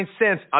cents